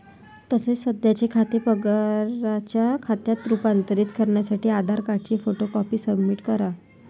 तसेच सध्याचे खाते पगाराच्या खात्यात रूपांतरित करण्यासाठी आधार कार्डची फोटो कॉपी सबमिट करा